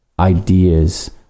Ideas